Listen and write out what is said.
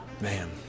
Man